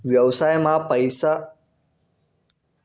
व्यवसाय मा पैसा पुरवासाठे भांडवल नी रचना म्हणतस